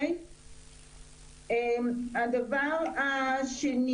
הדבר השני